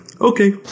okay